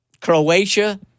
Croatia